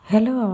Hello